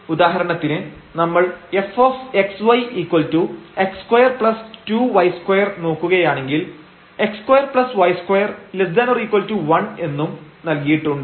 ഉദാഹരണത്തിന് നമ്മൾ fxyx22y2 നോക്കുകയാണെങ്കിൽ x2y2 ≤1 എന്നും നൽകിയിട്ടുണ്ട്